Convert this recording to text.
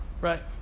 Right